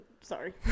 Sorry